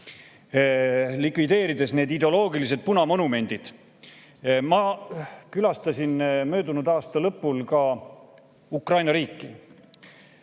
likvideerides need ideoloogilised punamonumendid. Ma külastasin möödunud aasta lõpul Ukraina riiki,